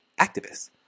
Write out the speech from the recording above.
activists